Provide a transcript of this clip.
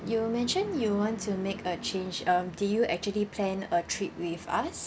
you mentioned you want to make a change um did you actually plan a trip with us